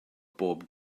bob